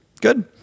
Good